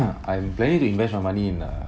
I am planning to invest my money in uh